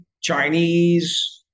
Chinese